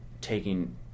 taking